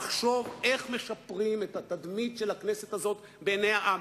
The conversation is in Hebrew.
לחשוב איך משפרים את התדמית של הכנסת הזאת בעיני העם,